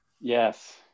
yes